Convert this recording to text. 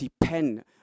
depend